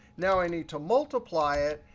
now i need to multiply it.